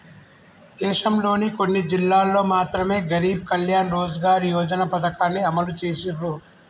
దేశంలోని కొన్ని జిల్లాల్లో మాత్రమె గరీబ్ కళ్యాణ్ రోజ్గార్ యోజన పథకాన్ని అమలు చేసిర్రు